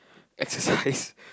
exercise